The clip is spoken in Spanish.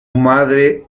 madre